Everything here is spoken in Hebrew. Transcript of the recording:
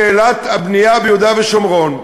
שאלת הבנייה ביהודה ושומרון,